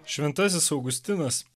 šventasis augustinas